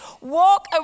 walk